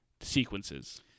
sequences